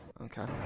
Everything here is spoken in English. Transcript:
Okay